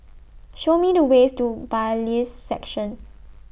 Show Me The ways to Bailiffs' Section